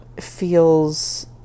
feels